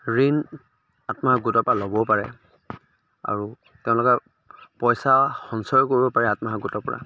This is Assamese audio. ঋণ আত্মসহায়ক গোটৰ পৰা ল'বও পাৰে আৰু তেওঁলোকে পইচা সঞ্চয় কৰিব পাৰে আত্মসহায়ক গোটৰ পৰা